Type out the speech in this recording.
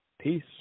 Peace